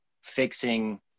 fixing